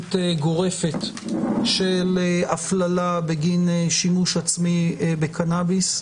למדיניות גורפת של הפללה בגין שימוש עצמי בקנאביס.